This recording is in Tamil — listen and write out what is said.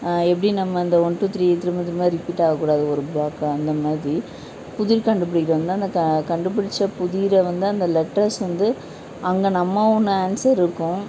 எப்படி நம்ம அந்த ஒன் டூ த்ரீ திரும்பத் திரும்ப ரிப்பீட் ஆகக்கூடாது ஒரு ப்ளாக்ல அந்த மாதிரி புதிர் கண்டுபிடிக்க வந்து அந்த க கண்டுபிடிச்ச புதிரை வந்து அந்த லெட்டர்ஸ் வந்து அங்கே நம்ம ஒன்று ஆன்ஸர் இருக்கும்